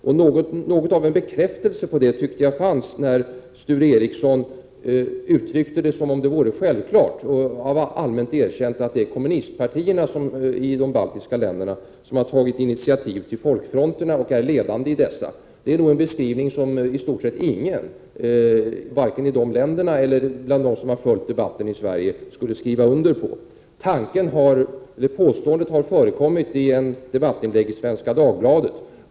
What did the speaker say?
Det fanns något av en bekräftelse på detta när Sture Ericson uttryckte saken som om det vore självklart och allmänt erkänt att det är kommunistpartierna i de baltiska länderna som tagit initiativ till och som är ledande i folkfronterna. Den beskrivningen skulle nogi stort sett ingen, vare sig i de baltiska länderna eller bland dem som följt debatten i Sverige, skriva under. Påståendet har förekommit i ett debattinlägg i Svenska Dagbladet.